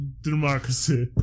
Democracy